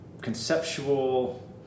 conceptual